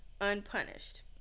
unpunished